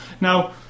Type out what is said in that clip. now